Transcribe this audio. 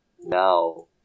now